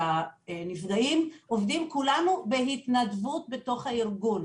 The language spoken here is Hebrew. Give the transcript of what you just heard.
הנפגעים, עובדים בהתנדבות בתוך הארגון.